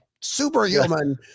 superhuman